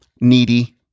needy